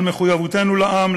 על מחויבותנו לעם,